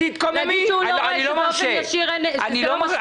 להגיד שהוא לא רואה שבאופן ישיר יש פגיעה,